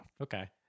Okay